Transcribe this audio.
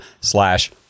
slash